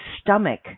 stomach